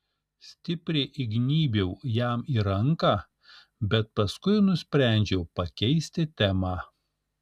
stipriai įgnybiau jam į ranką bet paskui nusprendžiau pakeisti temą